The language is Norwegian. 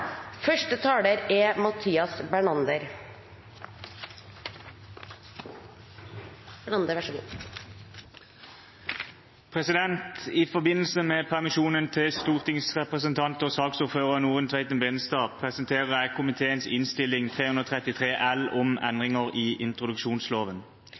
I forbindelse med permisjonen til stortingsrepresentant og saksordfører Norunn Tveiten Benestad presenterer jeg komiteens Innst. 333 L for 2017–2018, om